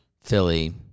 Philly